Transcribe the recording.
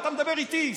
אתה מדבר איתי.